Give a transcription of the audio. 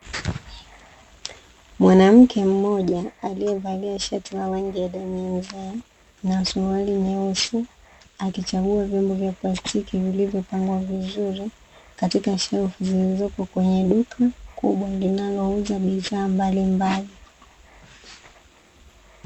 Mwanamke mmoja aliyevalia shati la rangi ya damu ya mzee na suruali nyeusi akichagua vyombo vya plastiki vilivyopangwa vizuri katika shelfu zilizopo kwenye duka kubwa linalouza bidhaa mbalimbali.